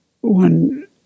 one